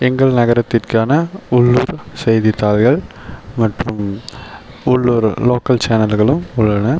எங்கள் நகரத்திற்கான உள்ளூர் செய்தித்தாள்கள் மற்றும் உள்ளூர் லோக்கல் சேனல்களும் உள்ளன